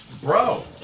Bro